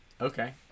Okay